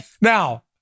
Now